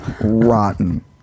Rotten